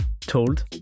told